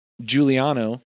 Giuliano